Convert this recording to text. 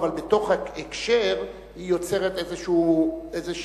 אבל בתוך ההקשר היא יוצרת איזו הבנה.